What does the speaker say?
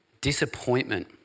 Disappointment